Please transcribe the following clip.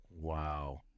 Wow